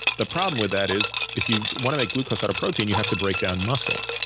the problem with that is if you want to make glucose out of protein you have to break down muscle.